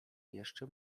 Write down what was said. jeszcze